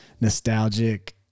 nostalgic